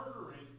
murdering